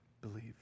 believe